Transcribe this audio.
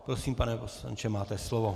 Prosím, pane poslanče, máte slovo.